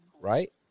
right